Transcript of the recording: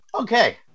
okay